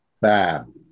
Bam